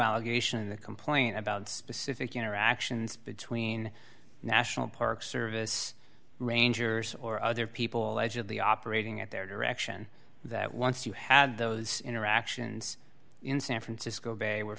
allegation in the complaint about specific interactions between national park service rangers or other people edge of the operating at their direction that once you had those interactions in san francisco bay were